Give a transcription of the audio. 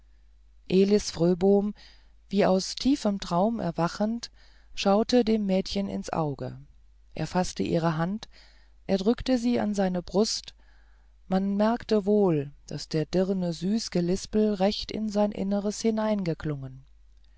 elis fröbom wie aus tiefem traum erwachend schaute dem mädchen ins auge er faßte ihre hand er drückte sie an seine brust man merkte wohl daß der dirne süß gelispel recht in sein inneres